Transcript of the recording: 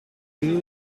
rue